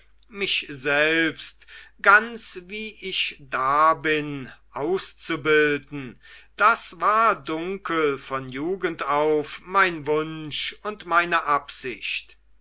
mich selbst ganz wie ich da bin auszubilden das war dunkel von jugend auf mein wunsch und meine absicht